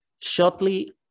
Shortly